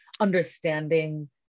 understanding